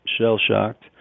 shell-shocked